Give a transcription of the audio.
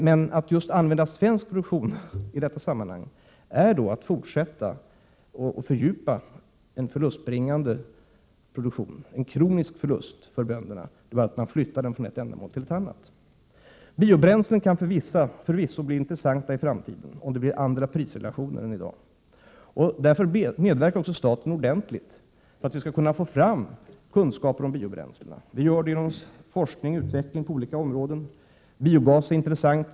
Men att gå över till svensk produktion vore att fortsätta att fördjupa en förlustbringande produktion, en kronisk förlust för bönderna. Det vore att flytta problemet från ett område till ett annat. Biobränsle kan förvisso bli intressant i framtiden, om det blir andra prisrelationer än i dag. Därför medverkar också staten ordentligt till att vi skall kunna få fram kunskaper om biobränslen. Vi gör det genom forskning och utveckling på olika områden. Biogas är intressant.